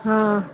હઁ